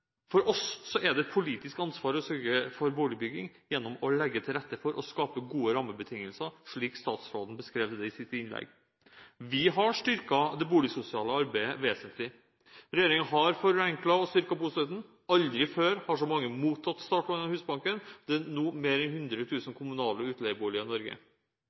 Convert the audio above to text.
For oss er det et politisk ansvar å sørge for boligbygging gjennom å legge til rette for og skape gode rammebetingelser, slik statsråden beskrev det i sitt innlegg. Vi har styrket det boligsosiale arbeidet vesentlig. Regjeringen har forenklet og styrket bostøtten. Aldri før har så mange mottatt startlån fra Husbanken. Det er nå mer enn 100 000 kommunale utleieboliger i Norge.